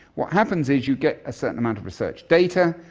what happens is you get a certain amount of research data,